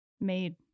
made